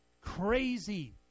crazy